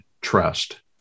trust